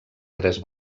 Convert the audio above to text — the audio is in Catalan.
tres